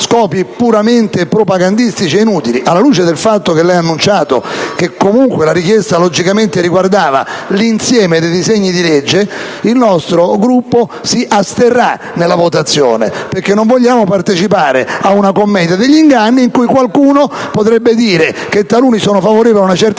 scopi puramente propagandistici e inutili. Alla luce del fatto che lei ha annunciato che comunque la richiesta logicamente riguarda l'insieme dei disegni di legge, il nostro Gruppo si asterrà nella votazione, perché non vuole partecipare ad una commedia degli inganni in cui qualcuno potrebbe dire che taluni sono favorevoli ad una certa